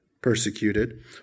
persecuted